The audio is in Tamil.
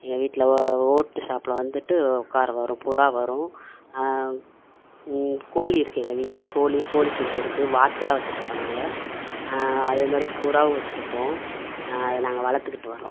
எங்கள் வீட்டில வ ஓட்டு சாப்பில் வந்துட்டு உட்கார வரும் புறா வரும் கோழி இருக்குது எங்கள் வீட்டில கோழி கோழிக்குஞ்சு இருக்குது வாத்துலாம் வச்சிருக்கோம் நாங்கள் அதே மாதிரி புறாவும் வச்சிருக்கோம் அதை நாங்கள் வளர்த்துக்கிட்டு வரோம்